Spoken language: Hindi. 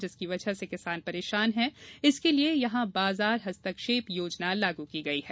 जिसकी वजह से किसान परेशान है इसलिए यहां बाजार हस्तक्षेप योजना लागू की गई है